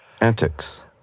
Antics